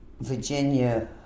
Virginia